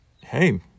hey